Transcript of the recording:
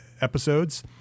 episodes